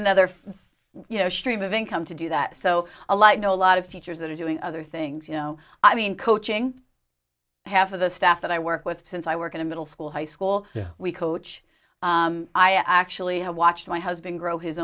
another you know stream of income to do that so a lot you know a lot of teachers that are doing other things you know i mean coaching half of the staff that i work with since i work in a middle school high school we coach i actually have watched my husband grow his